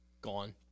Gone